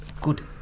Good